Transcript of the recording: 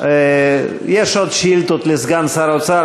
יש עוד שאילתות לסגן שר האוצר,